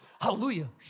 hallelujah